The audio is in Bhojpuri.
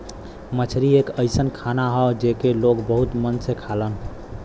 मछरी एक अइसन खाना हौ जेके लोग बहुत मन से खालन